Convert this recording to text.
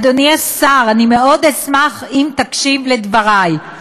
אדוני השר, אני מאוד אשמח אם תקשיב לדברי.